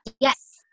Yes